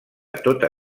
tota